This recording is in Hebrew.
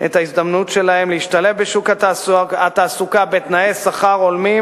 בהן את ההזדמנות שלהן להשתלב בשוק התעסוקה בתנאי שכר הולמים,